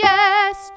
Yes